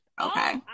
okay